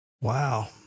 Wow